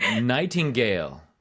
nightingale